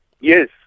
Yes